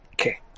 Okay